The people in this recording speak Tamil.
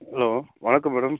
ஹலோ வணக்கம் மேடம்